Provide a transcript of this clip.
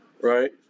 Right